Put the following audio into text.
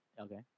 Okay